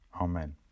Amen